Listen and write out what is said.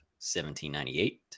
1798